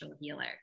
healer